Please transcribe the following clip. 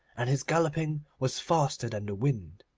and his galloping was faster than the wind.